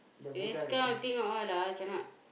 this kind of thing all ah cannot